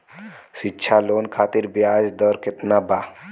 शिक्षा लोन खातिर ब्याज दर केतना बा?